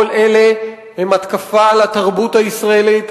כל אלה הם התקפה על התרבות הישראלית,